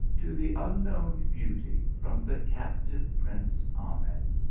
to the unknown beauty, from the captive prince ahmed,